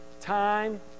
time